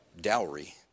dowry